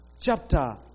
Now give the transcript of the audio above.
chapter